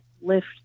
lift